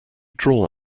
draw